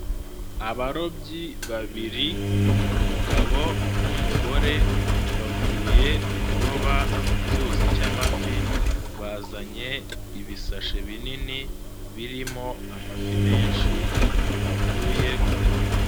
Abarobyi babiri umugabo n'umugore bavuye kuroba mu cyuzi cy'amafi, bazanye ibisashe binini birimo amafi menshi bavuye kuroba.